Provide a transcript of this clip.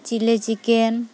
chilli chicken